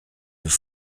have